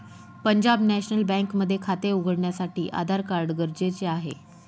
Punjab national bank मध्ये खाते उघडण्यासाठी आधार कार्ड गरजेचे आहे